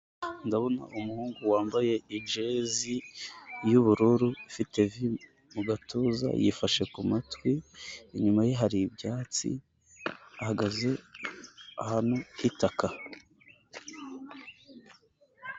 Ndabona umuhungu wambaye ijezi y'ubururu ifite vi mu gatuza yifashe ku matwi, inyuma ye hari ibyatsi ahagaze ahantu h'itaka.